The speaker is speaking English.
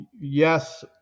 yes